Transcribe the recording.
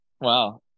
Wow